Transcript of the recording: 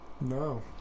no